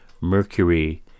Mercury